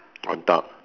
on top